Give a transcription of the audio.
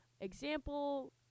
Example